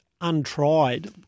untried